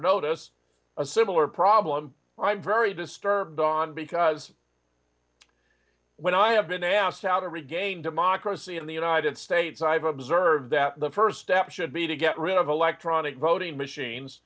notice a similar problem i'm very disturbed on because when i have been asked how to regain democracy in the united states i've observed that the first step should be to get rid of electronic voting machines